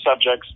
subjects